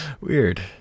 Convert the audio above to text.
Weird